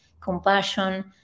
compassion